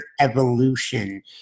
Evolution